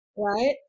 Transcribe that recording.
Right